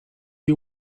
you